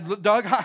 Doug